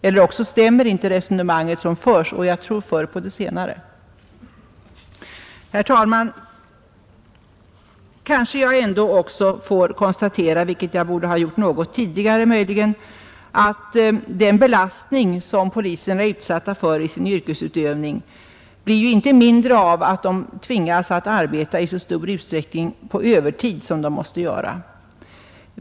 Eller också stämmer inte det resonemang som förs, och jag tror mera på den senare förklaringen. Herr talman! Kanske borde jag gjort det något tidigare men låt mig få konstatera att den belastning under vilken poliserna arbetar i sin yrkesutövning inte blir mindre av att de tvingas att i så stor utsträckning tjänstgöra på övertid.